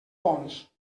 ponts